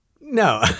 no